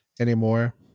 anymore